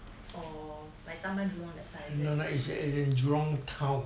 or like taman jurong that side